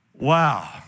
Wow